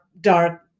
dark